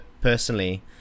personally